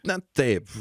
na taip